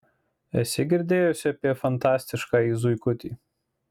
esi girdėjusi apie fantastiškąjį zuikutį